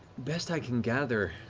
best i can gather,